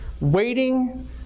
waiting